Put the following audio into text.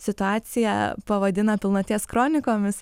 situaciją pavadina pilnaties kronikomis